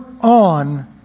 on